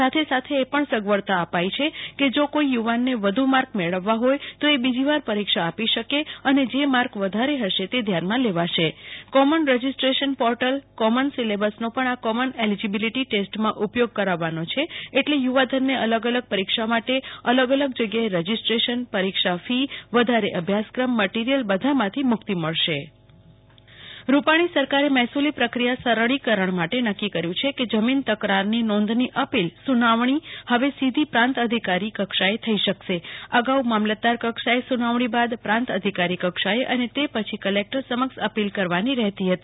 સાથે સાથે એ પણ સેગવડતા આપાઈ છે કે જો કોઇ યુ વાનને વધુ માર્ક મેળવવા હોય તો એ બીજીવારે પરિક્ષા આપી શકે અને જે માર્ક વધારે હશે તે ધ્યાનમાં લેવાશે કોમન રજિસ્ટ્રેશન પોર્ટલ કોમન સિલેબસનો પણ આ કોમન એલીજીબીલીટી ટેસ્ટમાં ઉપયોગ કરાવવાનો છે એટલે યુ વાધનને અલગ અલગ પરિક્ષા માટે અલગ અલગ જગ્યાએ રજિસ્ટ્રેશન પરિક્ષા ફી વધારે અભ્યાસક્રમ મટિરીયલ બધામાંથી મુકિત મળશે કલ્પના શાહ મહેસુલી પ્રક્રિયા સરળીકરણ રૂપાણી સરકારે મહેસુલી પ્રક્રિયા સરળીકરણ માટે નક્કી કર્યુ છે કે જમીન તકરારી નોંધની અપિલ સુનાવણી હવે સીધી પ્રાંત અધિકારી કક્ષાએ થઈ શકશે અગાઉ મામલતદાર કક્ષાએ સુનાવણી બાદ પ્રાંત અધિકારી કક્ષાએ અને તે પછી કલેક્ટર સમક્ષ અપીલ કરવાની રહેતી હતી